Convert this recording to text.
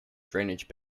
drainage